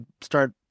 start